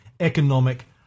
Economic